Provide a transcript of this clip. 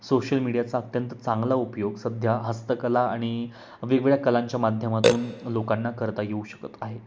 social मीडियाचा अत्यंत चांगला उपयोग सध्या हस्तकला आणि वेगवेगळ्या कलांच्या माध्यमातून लोकांना करता येऊ शकत आहे